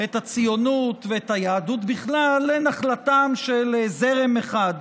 את הציונות, ואת היהדות בכלל, לנחלתו של זרם אחד.